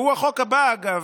שהוא החוק הבא, אגב,